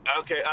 Okay